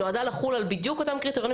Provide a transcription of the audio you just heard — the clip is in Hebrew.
היא נועדה לחול על בדיוק אותם קריטריונים